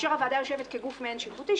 כאשר הוועדה יושבת כגוף שהוא מעין שיפוטי,